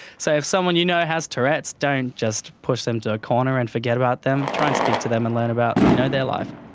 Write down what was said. so if someone you know has tourette's, don't just push them to a corner and forget about them, try and speak to them and learn about you know their life.